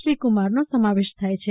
શ્રીકુમારનો સમાવેશ થાય છે